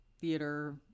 theater